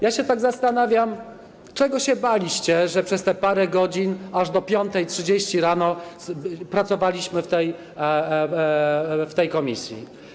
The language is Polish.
Ja się tak zastanawiam, czego się baliście, że przez te parę godzin aż do 5.30 rano pracowaliśmy w tej komisji.